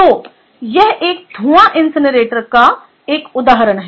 तो यह एक धूआं इनसिनरेटर का एक उदाहरण है